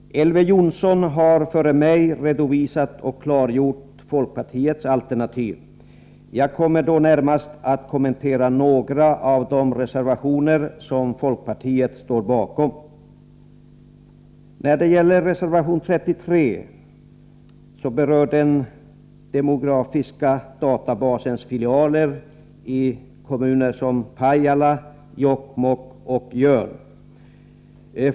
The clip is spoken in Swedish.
Elver Jonsson har före mig redovisat och klargjort folkpartiets alternativ. Jag kommer att närmast kommentera några av de reservationer som folkpartiet står bakom. Reservation 33 berör den demografiska databasens filialer i kommunerna Pajala, Jokkmokk och Jörn.